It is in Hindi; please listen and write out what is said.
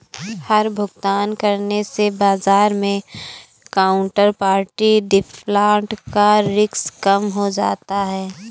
हर भुगतान करने से बाजार मै काउन्टरपार्टी डिफ़ॉल्ट का रिस्क कम हो जाता है